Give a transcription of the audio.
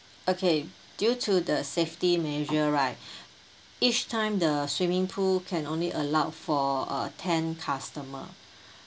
okay due to the safety measure right each time the swimming pool can only allowed for uh ten customer